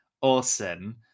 awesome